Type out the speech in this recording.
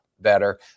better